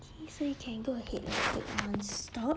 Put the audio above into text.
okay so you can go ahead and stop